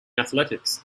athletics